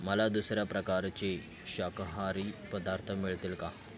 मला दुसऱ्या प्रकारचे शाकाहारी पदार्थ मिळतील का